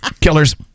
Killers